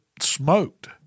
smoked